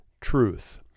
truth